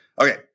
Okay